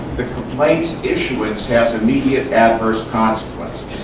the complaint's issuance has immediate adverse consequences.